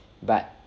but